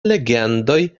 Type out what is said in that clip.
legendoj